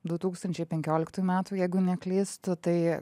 du tūkstančiai penkioliktųjų metų jeigu neklystu tai